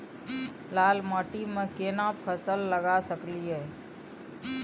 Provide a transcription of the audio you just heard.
लाल माटी में केना फसल लगा सकलिए?